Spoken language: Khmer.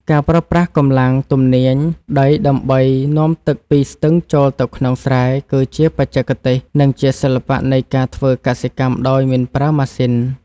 ការប្រើប្រាស់កម្លាំងទំនាញដីដើម្បីនាំទឹកពីស្ទឹងចូលទៅក្នុងស្រែគឺជាបច្ចេកទេស និងជាសិល្បៈនៃការធ្វើកសិកម្មដោយមិនប្រើម៉ាស៊ីន។